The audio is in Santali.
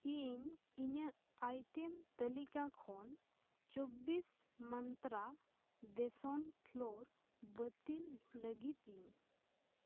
ᱤᱧ ᱤᱧᱟᱹᱜ ᱟᱭᱴᱮᱢ ᱛᱟᱹᱞᱤᱠᱟ ᱠᱷᱚᱱ ᱪᱚᱵᱽᱵᱤᱥ ᱢᱚᱱᱛᱨᱟ ᱵᱮᱥᱚᱱ ᱯᱷᱞᱳᱨ ᱵᱟᱹᱛᱤᱞ ᱞᱟᱹᱜᱤᱫ ᱤᱧ